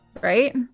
right